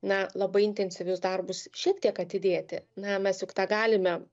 na labai intensyvius darbus šiek tiek atidėti na mes juk tą galime